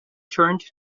turned